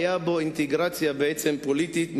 בעצם, היתה בו אינטגרציה פוליטית מיוחדת.